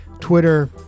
Twitter